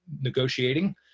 negotiating